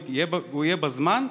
הוא יהיה בזמן,